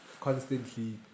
constantly